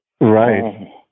Right